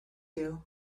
two